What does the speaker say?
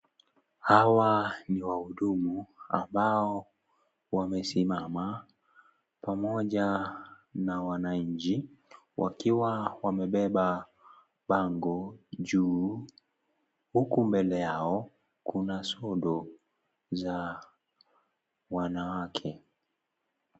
Hawa ni wahudumu ambao wamesimama pamoja na wananchi ,wakiwa wamebeba bango juu, huku mbele yao kuna sodo za wanawake.